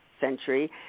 century